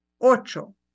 Ocho